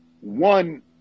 One